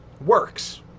works